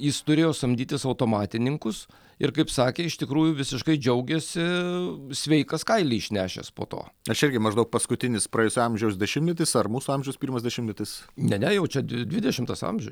jis turėjo samdytis automatininkus ir kaip sakė iš tikrųjų visiškai džiaugėsi sveikas kailį išnešęs po to aš irgi maždaug paskutinis praėjusio amžiaus dešimtmetis ar mūsų amžiaus pirmas dešimtmetis ne ne jau čia dvi dvidešimtas amžius